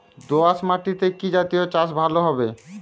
দোয়াশ মাটিতে কি জাতীয় চাষ ভালো হবে?